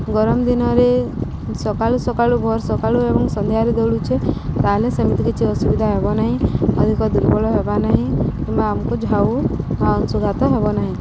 ଗରମ ଦିନରେ ସକାଳୁ ସକାଳୁ ଭୋର ସକାଳୁ ଏବଂ ସନ୍ଧ୍ୟାରେ ଦୌଡ଼ୁଛେ ତା'ହେଲେ ସେମିତି କିଛି ଅସୁବିଧା ହେବ ନାହିଁ ଅଧିକ ଦୁର୍ବଳ ହେବ ନାହିଁ କିମ୍ବା ଆମକୁ ଝାଉ ବା ଅଂଶୁଘାତ ହେବ ନାହିଁ